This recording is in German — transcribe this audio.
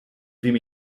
wem